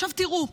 עכשיו, תראו,